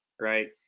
Right